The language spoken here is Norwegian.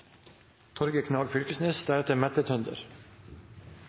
Torgeir Knag Fylkesnes